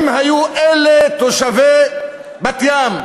אם היו אלה תושבי בת-ים,